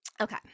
Okay